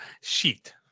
Sheet